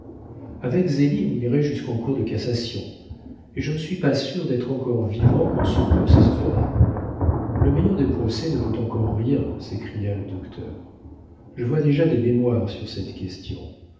avec zélie on irait jusqu'en cour de cassation et je ne suis pas sûr d'être encore vivant quand ce procès se fera le meilleur des procès ne vaut encore rien s'écria le docteur je vois déjà des mémoires sur cette question